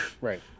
right